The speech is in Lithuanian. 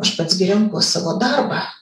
aš pats gi renkuos savo darbą